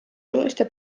oluliste